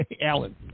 Alan